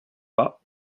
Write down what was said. pas